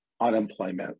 unemployment